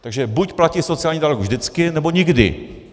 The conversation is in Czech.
Takže buď platí sociální dialog vždycky, nebo nikdy.